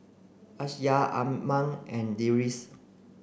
Aisyah Iman and Deris